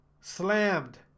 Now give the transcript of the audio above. Slammed